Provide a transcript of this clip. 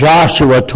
Joshua